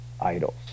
idols